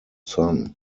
son